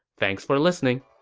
thanks for listening!